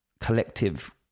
collective